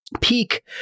peak